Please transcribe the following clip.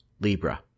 Libra